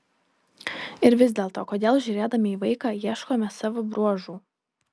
ir vis dėlto kodėl žiūrėdami į vaiką ieškome savo bruožų